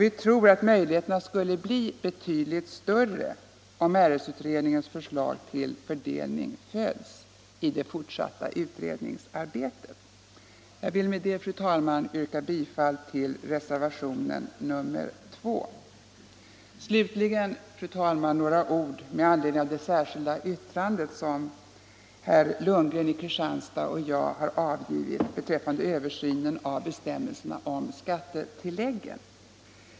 Vi tror att möjligheterna skulle bli betydligt större om RS-utredningens förslag till fördelning följs i det fortsatta utredningsarbetet. Jag vill med detta, fru talman, yrka bifall till reservationen 2. Slutligen, fru talman, några ord i anledning av det särskilda yttrande som herr Lundgren i Kristianstad och jag har avgivit beträffande översynen av bestämmelserna om skattetilläggen.